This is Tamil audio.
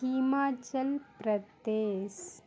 ஹிமாச்சல் பிரதேஸ்